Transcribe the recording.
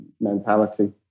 mentality